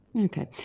Okay